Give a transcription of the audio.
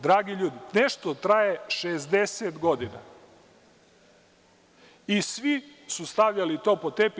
Dragi ljudi, nešto traje 60 godina i svi su stavljali to pod tepih.